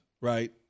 right